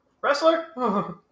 Wrestler